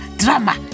drama